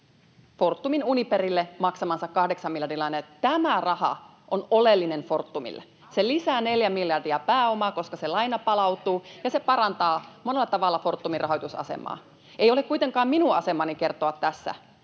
Fortumin Uniperille maksamansa 8 miljardin lainan, ja tämä raha on oleellinen Fortumille. Se lisää 4 miljardia pääomaa, koska se laina palautuu, ja se parantaa monella tavalla Fortumin rahoitusasemaa. Ei ole kuitenkaan minun asemani kertoa tässä,